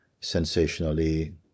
sensationally